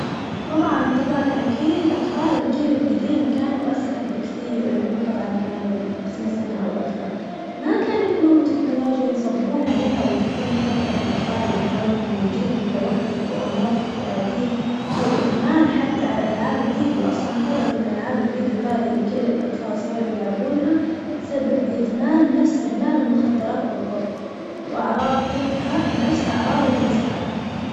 طبعاً طبعاً أكيد أطفال الجيل القديم كانوا أسعد بكثير، اللي هو طبعاً كانوا قبل خمسين سنة أو أكثر، ما كان عندهم تكنولوجيا ينصبون عليها ويتركون الخلطة بالأطفال اللي حولهم وييجيهم توحد أو أمراض اكتئابية، أو ادمان حتى على ألعاب الفيديو، أصلاً ثبت إنه ألعاب الفيديو هذي اللي كل الأطفال صاروا يلعبونها تسبب ادمان نفي ادمان المخدرات بالظبط، وأعراض تركها نفي أعراض الانسحاب.